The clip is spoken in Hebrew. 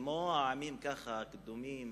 שכמו העמים הקדומים,